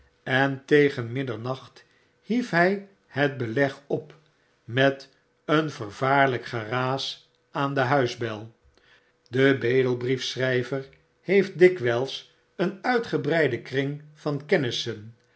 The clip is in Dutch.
en tegen middernacht hief hij het beleg op met een vervaarljjk geraas aan de huisbel de bedelbriefschrflver heeft dikwyls een uitgebreiden kring van kennissen